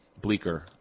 Bleaker